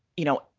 you know,